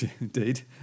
indeed